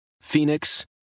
Phoenix